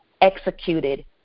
executed